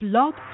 Blog